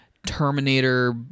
terminator